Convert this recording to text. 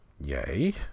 Yay